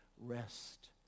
rest